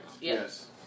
Yes